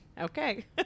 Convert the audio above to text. Okay